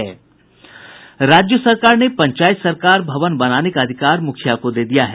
राज्य सरकार ने पंचायत सरकार भवन बनाने का अधिकार मुखिया को दे दिया है